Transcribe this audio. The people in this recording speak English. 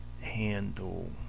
handle